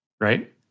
right